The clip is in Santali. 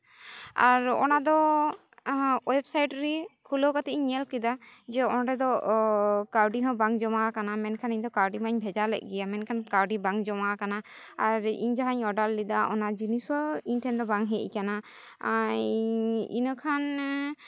ᱟᱨ ᱚᱱᱟᱫᱚ ᱳᱭᱮᱵᱥᱟᱭᱤᱴ ᱨᱮ ᱠᱷᱩᱞᱟᱹᱣ ᱠᱟᱛᱮᱫ ᱤᱧ ᱧᱮᱞ ᱠᱮᱫᱟ ᱡᱮ ᱚᱸᱰᱮ ᱫᱚ ᱠᱟᱹᱣᱰᱤ ᱦᱚᱸ ᱵᱟᱝ ᱡᱚᱢᱟᱣ ᱠᱟᱱᱟ ᱢᱮᱱᱠᱷᱟᱱ ᱤᱧᱫᱚ ᱠᱟᱹᱣᱰᱤ ᱢᱟᱧ ᱵᱷᱮᱡᱟ ᱞᱮᱫ ᱜᱮᱭᱟ ᱢᱮᱱᱠᱷᱟᱱ ᱠᱟᱹᱣᱰᱤ ᱵᱟᱝ ᱡᱚᱢᱟᱣ ᱠᱟᱱᱟ ᱟᱨ ᱤᱧ ᱡᱟᱦᱟᱸᱧ ᱚᱰᱟᱨ ᱞᱮᱫᱟ ᱚᱱᱟ ᱡᱤᱱᱤᱥ ᱦᱚᱸ ᱤᱧ ᱴᱷᱮᱱ ᱫᱚ ᱵᱟᱝ ᱦᱮᱡ ᱟᱠᱟᱱᱟ ᱟᱨ ᱤᱧ ᱤᱱᱟᱹᱠᱷᱟᱱ